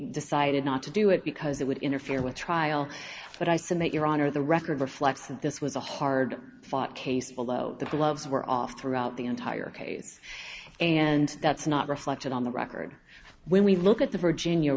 decided not to do it because it would interfere with trial but i submit your honor the record reflects that this was a hard fought case below the gloves were off throughout the entire case and that's not reflected on the record when we look at the virginia